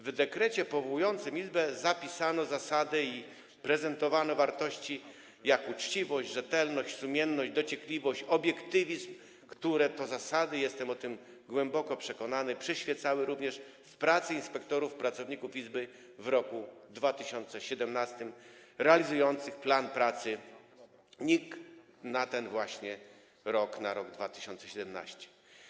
W dekrecie powołującym Izbę zapisano zasady i prezentowano wartości, takie jak: uczciwość, rzetelność, sumienność, dociekliwość, obiektywizm, które to zasady - jestem o tym głęboko przekonany - przyświecały również w pracy inspektorom, pracownikom Izby w roku 2017 realizującym plan pracy NIK na ten właśnie rok, na rok 2017.